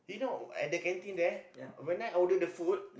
you know at the canteen there when I order the food